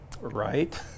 Right